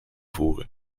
voeren